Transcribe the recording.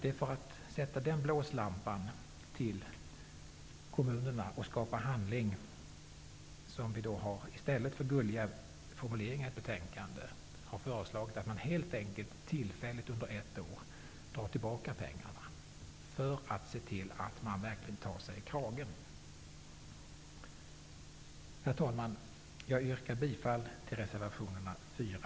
Det är för att sätta den blåslampan på kommunerna och för att skapa handling som vi i stället för gulliga formuleringar i betänkandet har föreslagit att man helt enkelt tillfälligt under ett år drar tillbaka pengarna för att se till att man verkligen tar sig i kragen. Herr talman! Jag yrkar bifall till reservationerna 4